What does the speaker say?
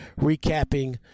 recapping